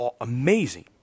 Amazing